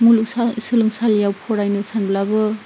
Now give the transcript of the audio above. मुलुगसोलोंसालियाव फरायनो सानब्लाबो